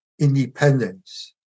independence